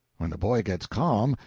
when the boy gets calm,